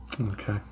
Okay